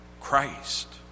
Christ